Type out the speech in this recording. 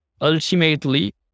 ultimately